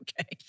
okay